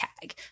tag